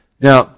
Now